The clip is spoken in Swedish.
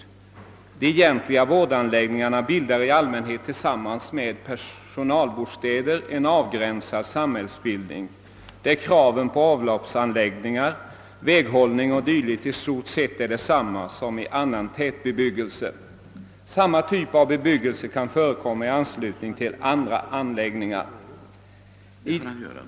De egentliga vårdanläggningarna utgör i allmänhet tillsammans med personalbostäder en avgränsad samhällsbildning, där kraven på avloppsanläggningar, väghållning o. d. i stort sett är desamma som i annan tätbebyggelse. Samma typ kan förekomma i anslutning till andra anläggningar.